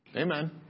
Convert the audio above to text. Amen